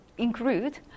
include